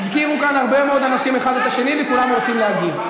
הזכירו כאן הרבה מאוד אנשים אחד את השני וכולם רוצים להגיב.